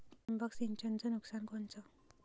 ठिबक सिंचनचं नुकसान कोनचं?